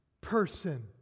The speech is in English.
person